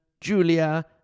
Julia